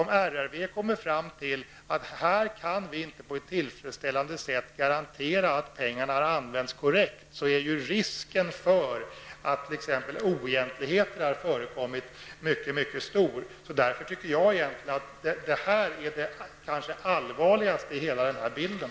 Om RRV kommer fram till att verket inte på ett tillfredsställande sätt kan garantera att pengarna har använts korrekt, är risken för oegentligheter mycket stor. Därför tycker jag att detta är det kanske allvarligaste i hela bilden.